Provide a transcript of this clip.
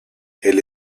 elle